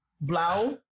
Blau